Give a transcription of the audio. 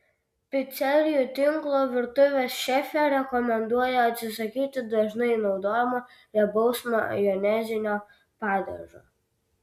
picerijų tinklo virtuvės šefė rekomenduoja atsisakyti dažnai naudojamo riebaus majonezinio padažo